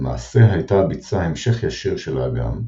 למעשה הייתה הביצה המשך ישיר של האגם,